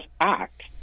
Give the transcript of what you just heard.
act